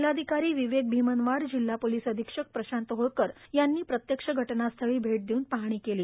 जिल्हाधिकारी विवेक भीमनवार जिल्हा पोलिस अधीक्षक प्रशांत होळकर यांनी प्रत्यक्ष घटनास्थळी भेट देऊन पाहणी केली